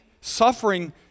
suffering